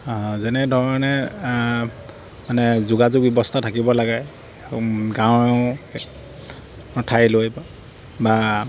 যেনে ধৰণে মানে যোগাযোগ ব্যৱস্থা থাকিব লাগে গাঁও ঠাইলৈ বা